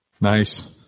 Nice